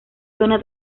zona